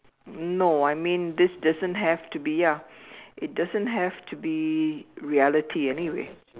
no I mean this doesn't have to be ya it doesn't have to be reality anyway